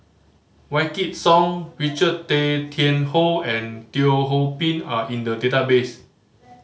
Wykidd Song Richard Tay Tian Hoe and Teo Ho Pin are in the database